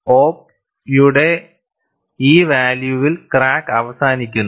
K op യുടെ ഈ വാല്യൂവിൽ ക്രാക്ക് അവസാനിക്കുന്നു